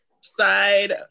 side